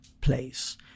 place